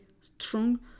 strong